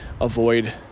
avoid